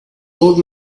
old